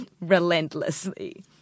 relentlessly